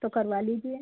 तो करवा लीजिए